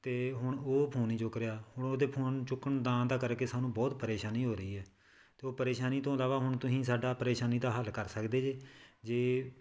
ਅਤੇ ਹੁਣ ਉਹ ਫੋਨ ਨਹੀਂ ਚੁੱਕ ਰਿਹਾ ਹੁਣ ਉਹਦੇ ਫੋਨ ਚੁੱਕਣ ਦਾ ਤਾਂ ਕਰਕੇ ਸਾਨੂੰ ਬਹੁਤ ਪਰੇਸ਼ਾਨੀ ਹੋ ਰਹੀ ਹੈ ਅਤੇ ਉਹ ਪਰੇਸ਼ਾਨੀ ਤੋਂ ਇਲਾਵਾ ਹੁਣ ਤੁਸੀਂ ਸਾਡਾ ਪਰੇਸ਼ਾਨੀ ਦਾ ਹੱਲ ਕਰ ਸਕਦੇ ਜੇ ਜੇ